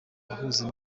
ahuza